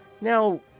Now